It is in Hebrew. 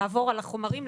לעבור על החומרים,